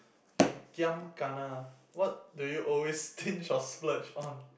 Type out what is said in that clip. k giam kana what do you always stinge or splurge on